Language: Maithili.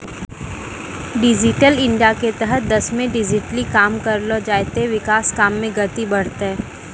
डिजिटल इंडियाके तहत देशमे डिजिटली काम करलो जाय ते विकास काम मे गति बढ़तै